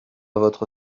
votre